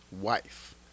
wife